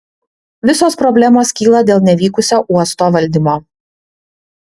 visos problemos kyla dėl nevykusio uosto valdymo